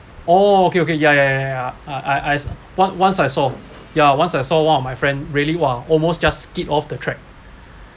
oh okay okay ya ya ya uh I I once once I saw yeah once I saw one of my friend really !wah! almost just skipped off the track